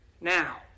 now